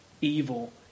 evil